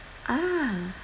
ah